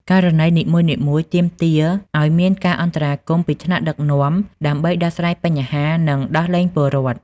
ករណីនីមួយៗទាមទារឱ្យមានការអន្តរាគមន៍ពីថ្នាក់ដឹកនាំ ដើម្បីដោះស្រាយបញ្ហា និងដោះលែងពលរដ្ឋ។